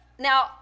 Now